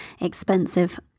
expensive